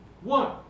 one